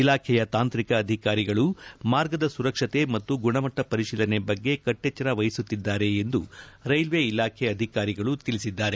ಇಲಾಖೆಯ ತಾಂತ್ರಿಕ ಅಧಿಕಾರಿಗಳು ಮಾರ್ಗದ ಸುರಕ್ಷತೆ ಮತ್ತು ಗುಣಮಟ್ಟ ಪರಿತೀಲನೆ ಬಗ್ಗೆ ಕಟ್ಟೆಚ್ಚರ ವಹಿಸುತ್ತಿದ್ದಾರೆ ಎಂದು ರೈಲ್ವೆ ಇಲಾಖೆ ಅಧಿಕಾರಿಗಳು ತಿಳಿಸಿದ್ದಾರೆ